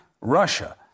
Russia